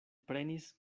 prenis